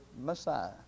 Messiah